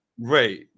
Right